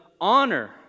honor